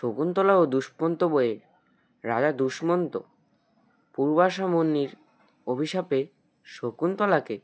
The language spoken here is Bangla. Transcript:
শকুন্তলা ও দুষমন্ত বইয়ের রাজা দুষমন্ত পূর্বাশ মুনির অভিশাপে শকুন্তলাকে